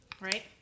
Right